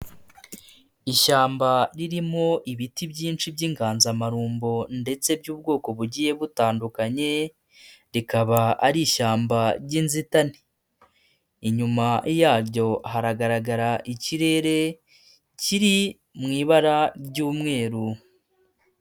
Ishyamba ririmo ibiti byinshi by'inganzamarumbo ndetse by'ubwoko bugiye butandukanye, rikaba ari ishyamba ry'inzitane, inyuma yaryo hagaragara ikirere kiri mu ibara ry'umweru.